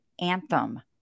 anthem